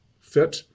fit